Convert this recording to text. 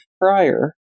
prior